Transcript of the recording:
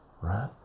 right